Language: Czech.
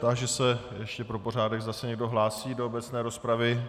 Táži se ještě pro pořádek, zda se někdo hlásí do obecné rozpravy.